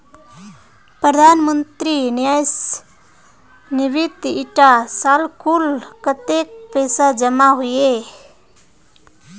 प्रधानमंत्री न्यास निधित इटा साल कुल कत्तेक पैसा जमा होइए?